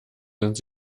sind